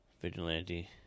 vigilante